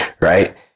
right